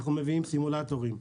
אנחנו מביאים סימולטורים.